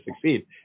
Succeed